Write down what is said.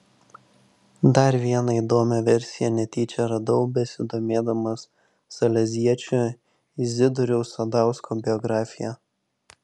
dar vieną įdomią versiją netyčia radau besidomėdamas saleziečio izidoriaus sadausko biografija